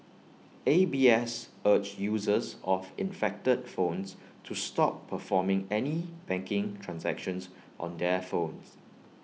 A B S urged users of infected phones to stop performing any banking transactions on their phones